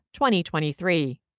2023